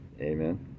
Amen